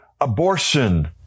abortion